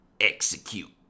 execute